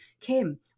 Kim